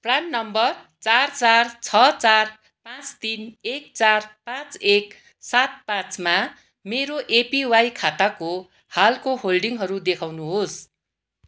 PRAN number चार चार छ चार पाँच तिन एक चार पाँच एक सात पाँचमा मेरो एपिवाई खाताको हालको होल्डिङहरू देखाउनुहोस्